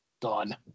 Done